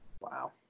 Wow